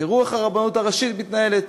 תראו איך הרבנות הראשית מתנהלת,